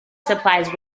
supplies